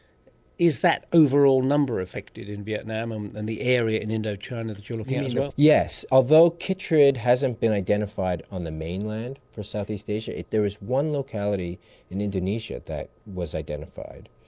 is that overall number affected in vietnam um and the area in indochina that you're looking at as well? yes. although chytrid hasn't been identified on the mainland for southeast asia, there is one locality in indonesia that was identified.